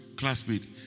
Classmate